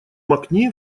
макни